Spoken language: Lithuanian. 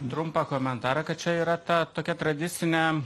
trumpą komentarą kad čia yra ta tokia tradicinė